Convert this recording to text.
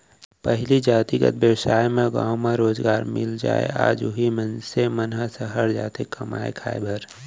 पहिली जातिगत बेवसाय म गाँव म रोजगार मिल जाय आज उही मनसे मन ह सहर जाथे कमाए खाए बर